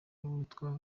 witwa